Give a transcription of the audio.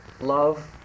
love